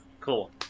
cool